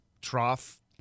trough